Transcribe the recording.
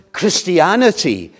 christianity